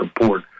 support